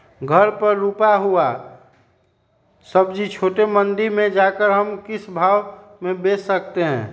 घर पर रूपा हुआ सब्जी छोटे मंडी में जाकर हम किस भाव में भेज सकते हैं?